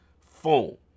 phone